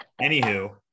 Anywho